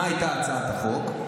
מה הייתה הצעת החוק?